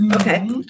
okay